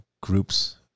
groups